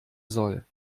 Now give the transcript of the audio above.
soll